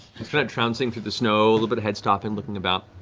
sort of trouncing through the snow, little bit ahead, stopping, looking about,